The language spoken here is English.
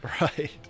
Right